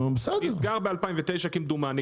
זה נסגר ב-2009 כמדומני.